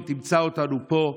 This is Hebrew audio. היא תמצא אותנו פה.